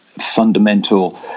fundamental